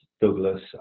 Douglas